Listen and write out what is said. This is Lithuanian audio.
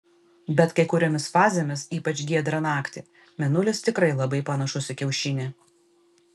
bet kai kuriomis fazėmis ypač giedrą naktį mėnulis tikrai labai panašus į kiaušinį